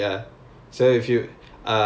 okay K when is it